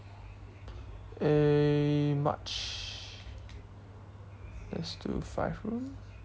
eh march let's do five room